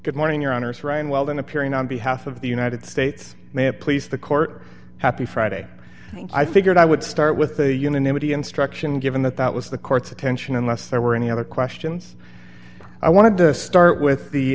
good morning your honour's ryan weldon appearing on behalf of the united states may have please the court happy friday and i figured i would start with the unanimity instruction given that that was the court's attention unless there were any other questions i wanted to start with the